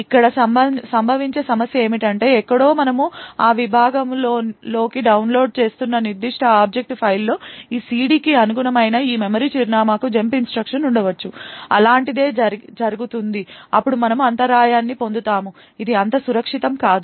ఇక్కడ సంభవించే సమస్య ఏమిటంటే ఎక్కడో మనము ఆ విభాగమునులోకి లోడ్ చేస్తున్న నిర్దిష్ట ఆబ్జెక్ట్ ఫైల్లో ఈ సిడికి అనుగుణమైన ఈ మెమరీ చిరునామాకు జంప్ ఇన్స్ట్రక్షన్ ఉండవచ్చు అలాంటిదే జరుగుతుంది అప్పుడు మనము అంతరాయాన్ని పొందుతాము అది అంత సురక్షితం కాదు